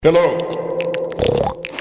Hello